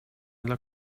dla